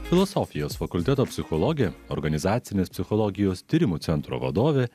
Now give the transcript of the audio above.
filosofijos fakulteto psichologė organizacinės psichologijos tyrimų centro vadovė